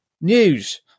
news